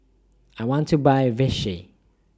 I want to Buy Vichy